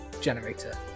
generator